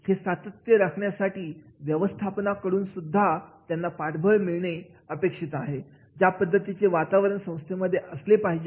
हे सातत्य राहण्यासाठी व्यवस्थापनाकडून सुद्धा त्यांना पाठबळ मिळाले पाहिजे त्या पद्धतीचे वातावरण संस्थेमध्ये असले पाहिजे